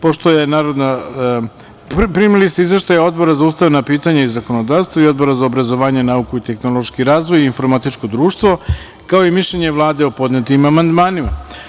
Primili ste Izveštaj Odbora za ustavna pitanja i zakonodavstvo i Odbora za obrazovanje, nauku i tehnološki razvoj, informatičko društvo, kao i mišljenje Vlade o podnetim amandmanima.